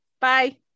Bye